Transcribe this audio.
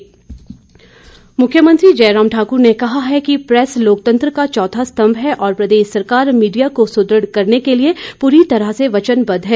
शुभारंभ मुख्यमंत्री जयराम ठाकुर ने कहा कि प्रैस लोकतंत्र का चौथा सतंभ है और प्रदेश सरकार मीडिया को सुदृढ़ करने के लिए पूरी तरह से वचनबद्ध है